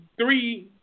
three